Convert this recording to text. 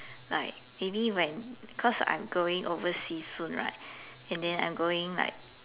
like maybe when cause I'm going overseas soon right and then I'm going like